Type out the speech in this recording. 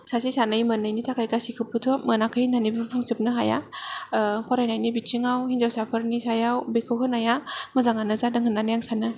सासे सानै मोनैनि थाखाय गासिबखौबोथ' मोनाखै होन्नानै बुंजोबनो हाया फरायनायनि बिथिङाव हिन्जावसाफोरनि सायाव बेखौ होनाया मोजाङानो जादों होन्नानै आं सानो